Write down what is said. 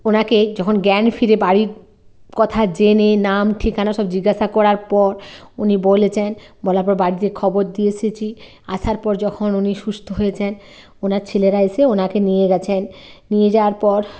ওনাকে যখন জ্ঞান ফিরে বাড়ির কথা জেনে নাম ঠিকানা সব জিজ্ঞাসা করার পর উনি বলেছেন বলার পর বাড়িতে খবর দিয়ে এসেছি আসার পর যখন উনি সুস্থ হয়েছেন ওনার ছেলেরা এসে ওনাকে নিয়ে গেছেন নিয়ে যায়ার পর